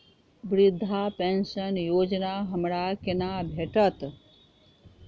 वृद्धा पेंशन योजना हमरा केना भेटत?